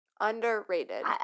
Underrated